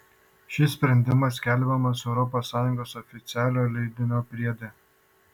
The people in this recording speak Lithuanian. šis sprendimas skelbiamas europos sąjungos oficialiojo leidinio priede